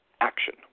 action